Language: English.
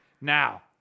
now